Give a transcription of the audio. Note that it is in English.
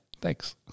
Thanks